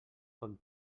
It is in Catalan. com